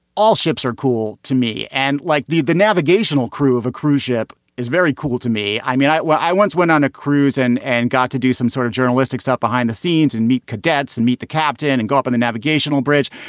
all ships are cool to me. and like the the navigational crew of a cruise ship is very cool to me. i mean. well, i once went on a cruise and and got to do some sort of journalistic stuff behind the scenes and meet cadets and meet the captain and go up the navigational bridge.